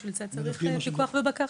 בשביל זה צריך פיקוח ובקרה.